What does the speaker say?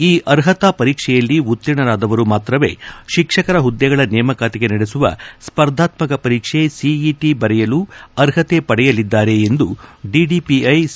ಈ ಅರ್ಹತಾ ಪರೀಕ್ಷೆಯಲ್ಲಿ ಉತ್ತೀರ್ಣರಾದವರು ಮಾತ್ರವೇ ಶಿಕ್ಷಕರ ಹುದ್ದೆಗಳ ನೇಮಕಾತಿಗೆ ನಡೆಸುವ ಸ್ಪರ್ಧಾತ್ವಕ ಪರೀಕ್ಷೆ ಸಿಇಟಿ ಬರೆಯಲು ಅರ್ಹತೆ ಪಡೆಯಲಿದ್ದಾರೆ ಎಂದು ಡಿಡಿಪಿಐ ಸಿ